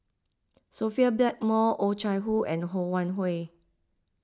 Sophia Blackmore Oh Chai Hoo and Ho Wan Hui